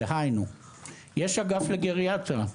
דהיינו יש אגף לגריאטריה,